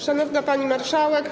Szanowna Pani Marszałek!